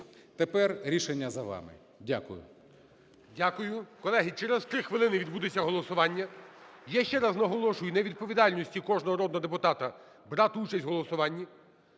тепер рішення за вами. Дякую. ГОЛОВУЮЧИЙ. Дякую. Колеги, через 3 хвилини відбудеться голосування. Я ще раз наголошую на відповідальності кожного народного депутата брати участь в голосуванні.